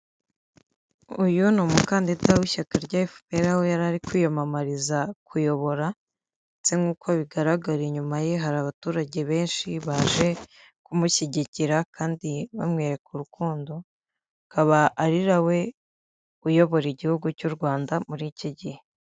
Uyu ni umukandida w'ishyaka FPR aho yari ari kwiyamamariza kuyobora, nk'uko bigaragara inyuma ye hari abaturage benshi baje kumushyigikira kandi bamwereka urukundo, akaba ari na we uyobora igihugu cy'u Rwanda muri iki gihe.